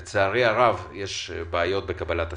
לצערי הרב יש בעיות בקבלת הסיוע.